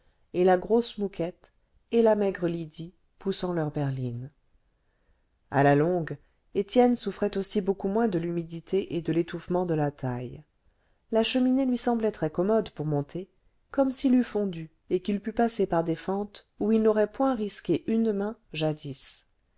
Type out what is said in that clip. et la grosse mouquette et la maigre lydie poussant leurs berlines a la longue étienne souffrait aussi beaucoup moins de l'humidité et de l'étouffement de la taille la cheminée lui semblait très commode pour monter comme s'il eût fondu et qu'il pût passer par des fentes où il n'aurait point risqué une main jadis